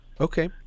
Okay